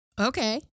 Okay